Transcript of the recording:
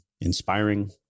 inspiring